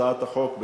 הצעת החוק,